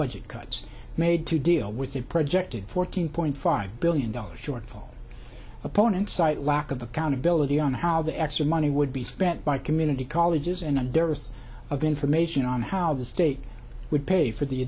budget cuts made to deal with a projected fourteen point five billion dollars shortfall opponents cite lack of accountability on how the extra money would be spent by community colleges and then there was of information on how the state would pay for the